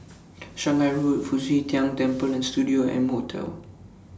Shanghai Road Fu Xi Tang Temple and Studio M Hotel